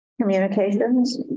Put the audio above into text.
Communications